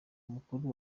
mukuru